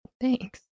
Thanks